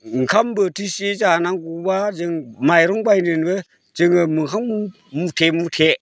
ओंखाम बोथिसे जानांगौब्ला जों माइरं बायनोनो जोङो मोखां मुथे मुथे